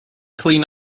clean